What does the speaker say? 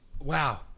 Wow